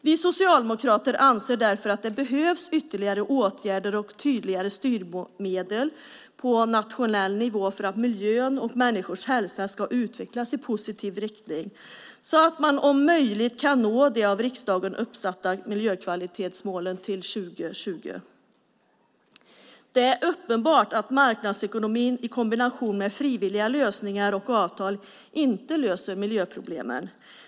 Vi socialdemokrater anser därför att det behövs ytterligare åtgärder och tydligare styrmedel på nationell nivå för att miljön och människors hälsa ska utvecklas i positiv riktning så att man om möjligt kan nå de av riksdagen uppsatta miljökvalitetsmålen till 2020. Det är uppenbart att marknadsekonomin i kombination med frivilliga lösningar och avtal inte löser miljöproblemen.